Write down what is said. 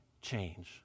change